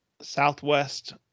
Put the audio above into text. Southwest